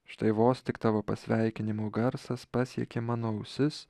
štai vos tik tavo pasveikinimo garsas pasiekė mano ausis